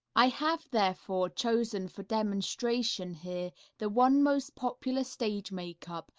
i have, therefore, chosen for demonstration here the one most popular stage makeup,